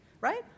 right